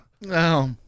No